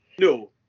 No